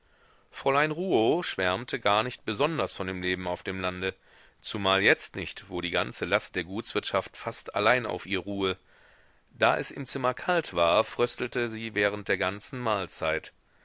fräulein rouault schwärmte gar nicht besonders von dem leben auf dem lande zumal jetzt nicht wo die ganze last der gutswirtschaft fast allein auf ihr ruhe da es im zimmer kalt war fröstelte sie während der ganzen mahlzeit